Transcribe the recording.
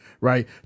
right